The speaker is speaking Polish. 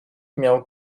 miał